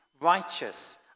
righteous